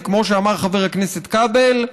וכמו שאמר חבר הכנסת כבל,